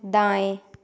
दाएं